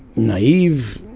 naive,